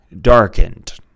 darkened